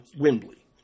Wembley